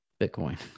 bitcoin